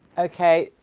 okay,